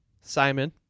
Simon